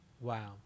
Wow